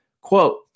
Quote